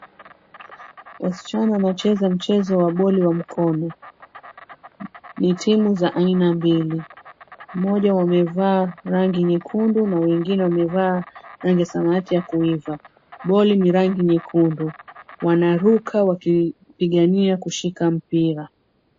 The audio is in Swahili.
Wasichana wanacheza mchezo wa boli wa mkono. Ni timu za aina mbili, mmoja amevaa rangi nyekundu na wengine, amevaa rangi ya samawati ya kuiva. Boli ni rangi nyekundu. Wanaruka wakipigania kushika mpira.